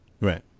Right